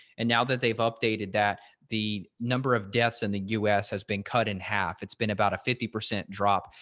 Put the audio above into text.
and now that they've updated that the number of deaths in the us has been cut in half, it's been about a fifty percent drop.